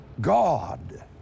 God